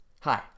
Hi